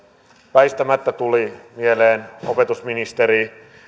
väistämättä tuli mieleen opetusministeri